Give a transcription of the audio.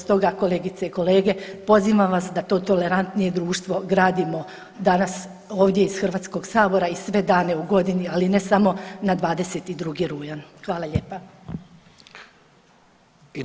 Stoga kolegice i kolege pozivam vas da to tolerantnije društvo gradimo danas ovdje iz Hrvatskog sabora i sve dane u godini, ali ne samo na 22. rujan.